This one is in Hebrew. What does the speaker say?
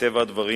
מטבע הדברים,